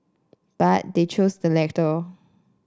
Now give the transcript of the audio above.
but they chose the latter